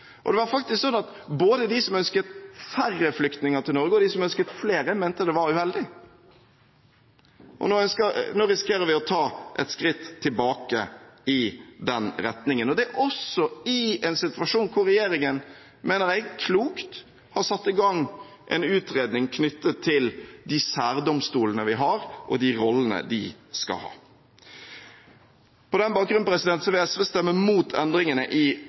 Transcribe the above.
og det var faktisk sånn at både de som ønsket færre flyktninger til Norge, og de som ønsket flere, mente det var uheldig. Nå risikerer vi å ta et skritt tilbake i den retningen. Det er også i en situasjon hvor regjeringen klokt – mener jeg – har satt i gang en utredning knyttet til de særdomstolene vi har, og de rollene de skal ha. På den bakgrunnen vil SV stemme imot endringene i